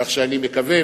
כך שאני מקווה,